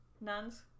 nuns